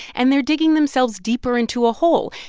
and they are digging themselves deeper into a hole.